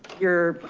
your